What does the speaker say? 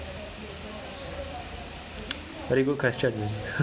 very good question